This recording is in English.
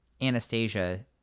Anastasia